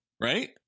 right